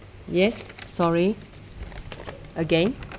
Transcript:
yes sorry again